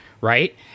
right